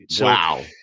Wow